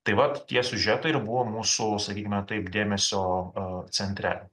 tai vat tie siužetai ir buvo mūsų sakykime taip dėmesio centre